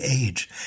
age